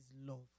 love